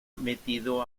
metido